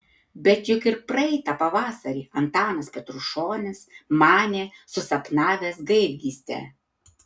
bet juk ir praeitą pavasarį antanas petrušonis manė susapnavęs gaidgystę